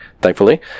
thankfully